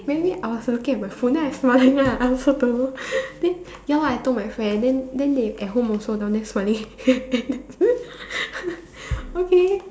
maybe I was looking at my phone then I smiling ah I also told her then ya I told my friend then then they at home also down there smiling okay